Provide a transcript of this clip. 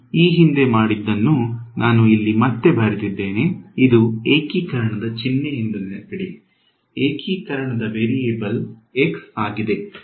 ನಾನು ಈ ಹಿಂದೆ ಮಾಡಿದ್ದನ್ನು ನಾನು ಮತ್ತೆ ಇಲ್ಲಿ ಬರೆದಿದ್ದೇನೆ ಇದು ಏಕೀಕರಣದ ಚಿಹ್ನೆ ಎಂದು ನೆನಪಿಡಿ ಏಕೀಕರಣದ ವೇರಿಯಬಲ್ x ಆಗಿದೆ